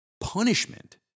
Punishment